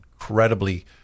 incredibly